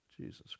Jesus